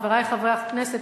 חברי חברי הכנסת,